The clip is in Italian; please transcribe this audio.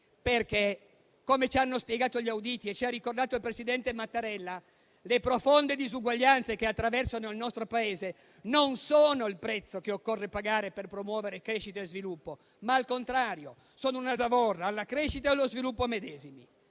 ricche. Come ci hanno spiegato gli auditi e ci ha ricordato il presidente Mattarella, le profonde disuguaglianze che attraversano il nostro Paese non sono il prezzo che occorre pagare per promuovere crescita e sviluppo, ma, al contrario, una zavorra che pesa su di essi.